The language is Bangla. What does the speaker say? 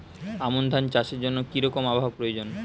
আমন ধান চাষের জন্য কি রকম আবহাওয়া প্রয়োজন?